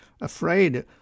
afraid